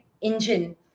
engine